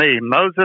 Moses